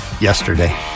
yesterday